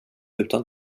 utan